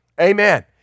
Amen